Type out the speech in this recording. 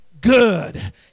good